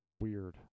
Weird